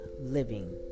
Living